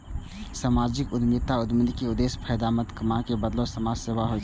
सामाजिक उद्यमिता मे उद्यमी के उद्देश्य फायदा कमाबै के बदला समाज सेवा होइ छै